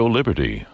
Liberty